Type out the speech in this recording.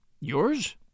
Yours